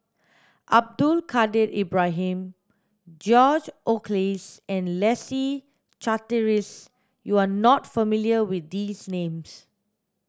Abdul Kadir Ibrahim George Oehlers and Leslie Charteris you are not familiar with these names